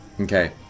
Okay